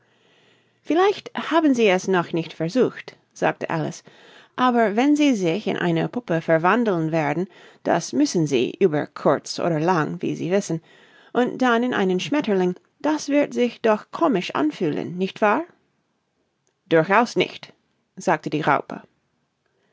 vielleicht haben sie es noch nicht versucht sagte alice aber wenn sie sich in eine puppe verwandeln werden das müssen sie über kurz oder lang wie sie wissen und dann in einen schmetterling das wird sich doch komisch anfühlen nicht wahr durchaus nicht sagte die raupe